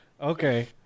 okay